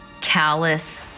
callous